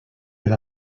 per